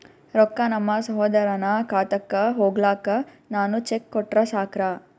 ರೊಕ್ಕ ನಮ್ಮಸಹೋದರನ ಖಾತಕ್ಕ ಹೋಗ್ಲಾಕ್ಕ ನಾನು ಚೆಕ್ ಕೊಟ್ರ ಸಾಕ್ರ?